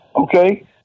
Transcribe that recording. Okay